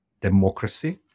democracy